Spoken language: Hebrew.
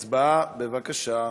הצבעה, בבקשה.